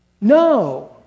No